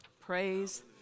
Praise